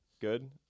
good